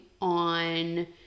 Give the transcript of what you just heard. on